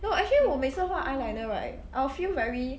no actually 我每次画 eyeliner right like a feel very